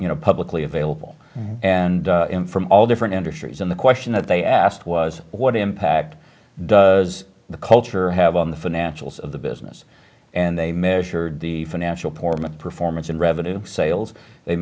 you know publicly available and from all different industries in the question that they asked was what impact does the culture have on the financials of the business and they measured the financial performance performance and revenue sales they